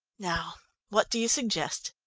now what do you suggest?